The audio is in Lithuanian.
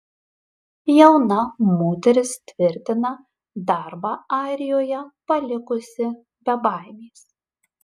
jauna moteris tvirtina darbą airijoje palikusi be baimės